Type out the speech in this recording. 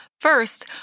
First